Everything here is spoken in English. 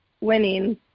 winning